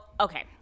okay